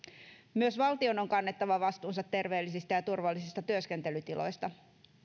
myös valtion on kannettava vastuunsa terveellisistä ja turvallisista työskentelytiloista